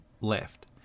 left